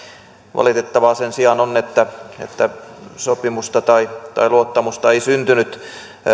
valitettavaa sen sijaan on että että sopimusta tai tai luottamusta ei syntynyt